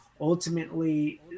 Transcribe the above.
ultimately